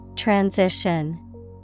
Transition